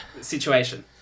situation